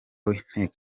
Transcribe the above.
w’inteko